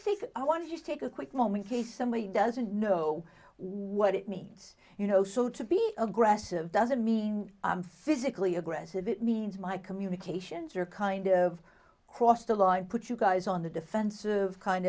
think i want to just take a quick moment case somebody doesn't know what it means you know so to be aggressive doesn't mean i'm physically aggressive it means my communications are kind of crossed the line put you guys on the defensive kind